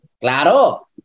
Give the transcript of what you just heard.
Claro